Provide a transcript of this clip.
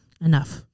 Enough